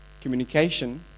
Communication